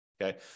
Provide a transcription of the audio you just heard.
okay